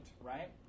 right